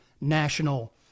national